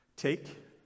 Take